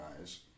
eyes